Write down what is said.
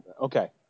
Okay